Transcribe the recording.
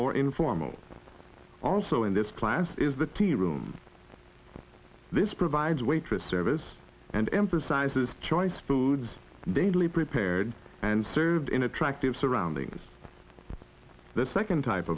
more informal also in this class is the tea room this provides waitress service and emphasizes choice foods daintily prepared and served in attractive surroundings the second type